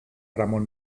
ramón